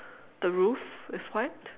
the roof is white